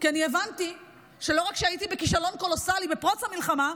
כי אני הבנתי שלא רק שהייתי בכישלון קולוסלי בפרוץ המלחמה,